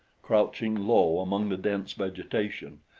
crouching low among the dense vegetation,